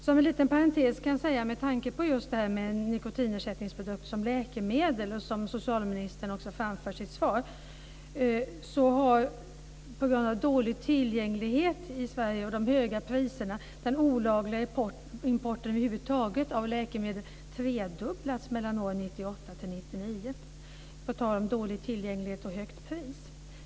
Inom parentes kan sägas, och som socialministern framför i sitt svar, att den olagliga importen av läkemedel över huvud taget i Sverige har tredubblats mellan åren 1998 och 1999 på grund av dålig tillgänglighet och höga priser.